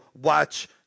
watch